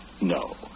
No